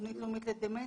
בתכנית הלאומית לדמנציה,